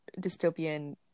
dystopian